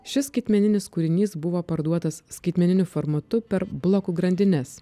šis skaitmeninis kūrinys buvo parduotas skaitmeniniu formatu per blokų grandines